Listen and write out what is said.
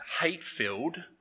hate-filled